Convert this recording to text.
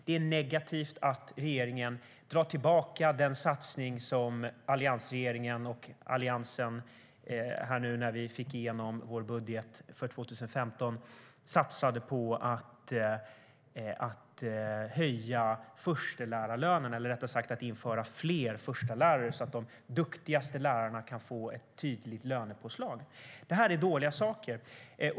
Det är negativt att regeringen drar tillbaka den satsning som Alliansen gjorde i vår budget vi fick igenom för 2015 på att införa fler förstelärartjänster och därigenom ge de duktigaste lärarna ett tydligt lönepåslag. Det här är dåliga saker.